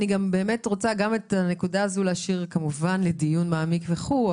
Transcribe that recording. אני גם באמת רוצה להשאיר את הנקודה הזאת כמובן לדיון מעמיק וכולי,